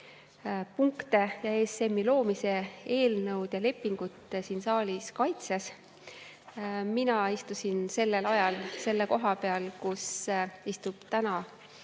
punkte ja ESM-i loomise eelnõu ja lepingut siin saalis kaitses. Mina istusin sellel ajal selle koha peal, kus istub täna